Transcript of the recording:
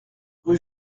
rue